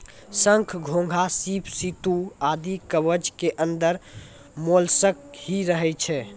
शंख, घोंघा, सीप, सित्तू आदि कवच के अंदर मोलस्क ही रहै छै